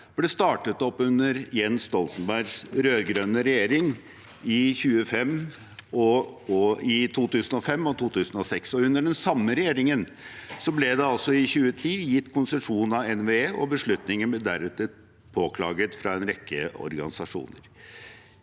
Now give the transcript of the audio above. ble startet opp under Jens Stoltenbergs rød-grønne regjering i 2005 og 2006. Under den samme regjeringen ble det i 2010 gitt konsesjon av NVE, og beslutningen ble deretter påklaget fra en rekke organisasjoner.